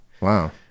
Wow